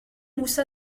moussa